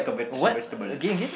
what again again